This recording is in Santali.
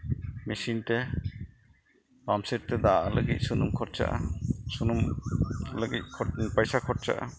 ᱢᱮᱥᱤᱱ ᱛᱮ ᱯᱟᱢᱯ ᱥᱮᱹᱴ ᱛᱮ ᱫᱟᱜᱼᱟᱜ ᱞᱟᱹᱜᱤᱫ ᱥᱩᱱᱩᱢ ᱠᱷᱚᱨᱪᱟᱜᱼᱟ ᱥᱩᱱᱩᱢ ᱞᱟᱹᱜᱤᱫ ᱯᱚᱭᱥᱟ ᱠᱷᱚᱨᱪᱟᱜᱼᱟ